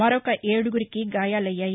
మరొక ఏడుగురికి గాయాలయ్యాయి